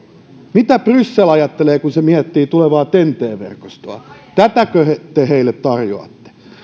mitä bryssel ajattelee kun se miettii tulevaa ten t verkostoa tätäkö te heille tarjoatte